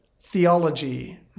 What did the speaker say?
theology